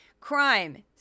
Crime